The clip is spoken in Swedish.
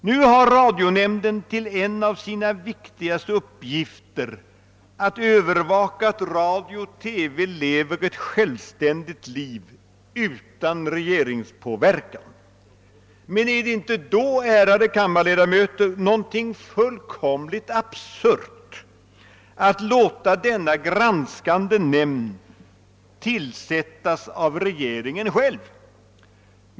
Nu har radionämnden till en av sina viktigaste uppgifter att övervaka att radio och TV lever ett självständigt liv utan regeringspåverkan. Men är det inte då, ärade kammarledamöter, fullkomligt absurt att låta denna granskande nämnd tillsättas av regeringen själv?